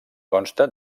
consta